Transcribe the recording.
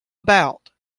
about